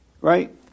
Right